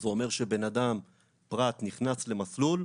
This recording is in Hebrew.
זה אומר שבן אדם, פרט, נכנס למסלול,